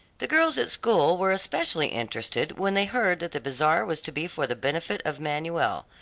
the girls at school were especially interested when they heard that the bazaar was to be for the benefit of manuel,